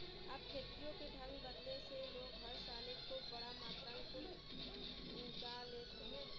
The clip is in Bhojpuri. अब खेतियों के ढंग बदले से लोग हर साले खूब बड़ा मात्रा मे कुल उगा लेत हउवन